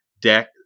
deck